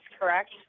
correct